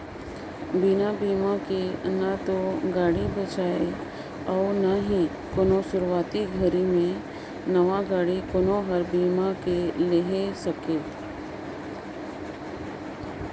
बिना बिमा के न हो गाड़ी बेचाय अउ ना ही कोनो सुरूवाती घरी मे नवा गाडी कोनो हर बीमा के लेहे सके